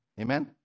Amen